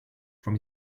from